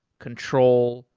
control,